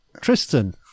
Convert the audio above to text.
Tristan